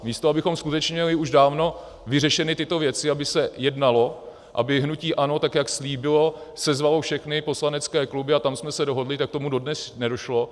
Místo abychom měli skutečně už dávno vyřešeny tyto věci, aby se jednalo, aby hnutí ANO, tak jak slíbilo, sezvalo všechny poslanecké kluby a tam jsme se dohodli, tak k tomu dodnes nedošlo.